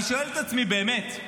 אני שואל את עצמי, באמת,